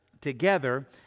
together